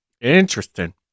Interesting